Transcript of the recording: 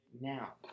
now